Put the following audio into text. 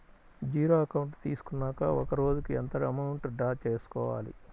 Zero account తీసుకున్నాక ఒక రోజుకి ఎంత అమౌంట్ డ్రా చేసుకోవాలి?